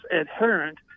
adherent